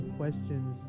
questions